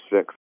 six